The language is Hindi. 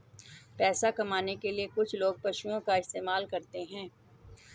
पैसा कमाने के लिए कुछ लोग पशुओं का इस्तेमाल करते हैं